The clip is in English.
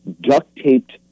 duct-taped